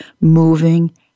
moving